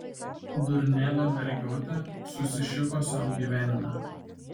durnelė mergiotė susišiko sau gyvenimą